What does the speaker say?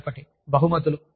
మరొకటి బహుమతులు